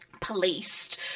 policed